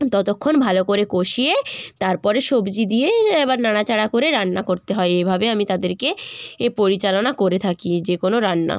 ততক্ষণ ভালো করে কষিয়ে তারপরে সবজি দিয়েই এবার নাড়াচাড়া করে রান্না করতে হয় এভাবে আমি তাদেরকে এ পরিচালনা করে থাকি যে কোনো রান্না